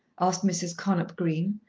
asked mrs. connop green,